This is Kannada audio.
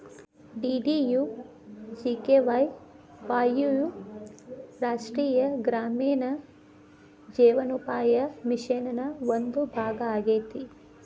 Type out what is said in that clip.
ಡಿ.ಡಿ.ಯು.ಜಿ.ಕೆ.ವೈ ವಾಯ್ ಯು ರಾಷ್ಟ್ರೇಯ ಗ್ರಾಮೇಣ ಜೇವನೋಪಾಯ ಮಿಷನ್ ನ ಒಂದು ಭಾಗ ಆಗೇತಿ